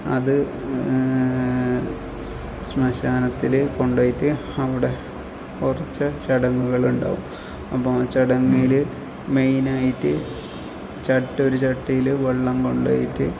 അത് സ്മശാനത്തിൽ കൊണ്ട് പോയിട്ട് അവിടെ കുറച്ച് ചടങ്ങുകളുണ്ടാവും അപ്പോൾ ആ ചടങ്ങിൽ മെയ്നായിട്ട് ചട്ട് ഒരു ചട്ടിയിൽ വെള്ളം കൊണ്ട് പോയിട്ട്